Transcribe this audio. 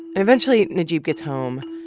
eventually, najeeb gets home,